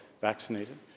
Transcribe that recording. vaccinated